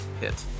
hit